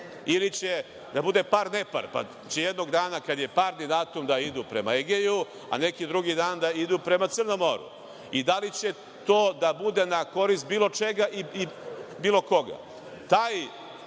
ili će da bude par, nepar, pa će jednog dana kada je parni datum da idu prema Egeju, a neki drugi dan da idu prema Crnom moru i da li će to da bude na korist bilo čega i bilo koga. Taj